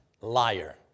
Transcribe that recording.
liar